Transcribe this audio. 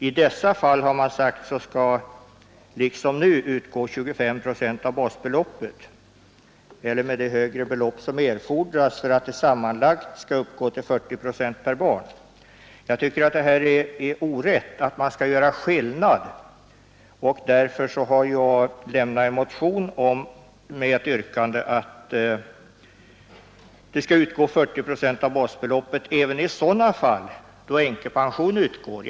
I annat fall skall barnpensionen liksom nu utgå med 25 procent av basbeloppet eller med det högre belopp som erfordras för att det sammanlagda stödet skall uppgå till 40 procent per barn.” Jag tycker det är orätt att göra denna skillnad, och därför har jag avlämnat en motion med yrkande att barnpension från folkpensioneringen skall utgå med 40 procent av basbeloppet även i de fall då änkepension utgår.